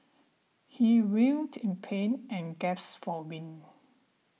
he writhed in pain and gasped for win